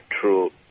true